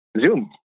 zoom